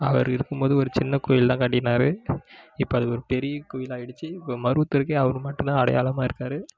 அவர் இருக்கும் போது ஒரு சின்ன கோவில் தான் கட்டினார் இப்போ அது ஒரு பெரிய கோவிலா ஆகிடுச்சி இப்போ மருவத்தூருக்கு அவர் மட்டும்தான் அடையாளமாக இருக்கார்